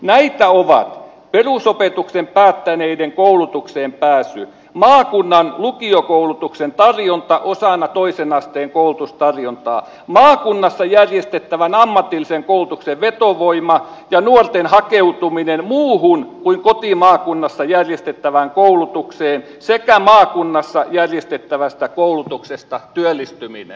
näitä ovat perusopetuksen päättäneiden koulutukseen pääsy maakunnan lukiokoulutuksen tarjonta osana toisen asteen koulutustarjontaa maakunnassa järjestettävän ammatillisen koulutuksen vetovoima ja nuorten hakeutuminen muuhun kuin kotimaakunnassa järjestettävään koulutukseen sekä maakunnassa järjestettävästä koulutuksesta työllistyminen